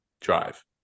drive